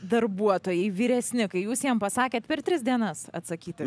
darbuotojai vyresni kai jūs jam pasakėt per tris dienas atsakyti